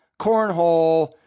cornhole